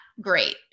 great